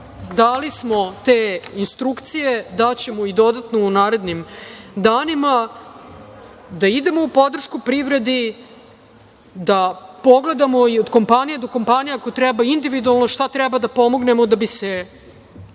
Dali smo te instrukcije, daćemo i dodatno u narednim danima, da idemo u podršku privredi, da pogledamo i od kompanija do kompanija ako treba individualno šta treba da pomognemo da bi se